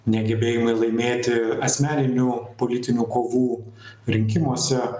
negebėjimai laimėti asmeninių politinių kovų rinkimuose